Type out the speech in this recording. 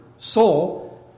Soul